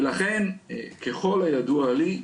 ולכן, ככל הידוע לי,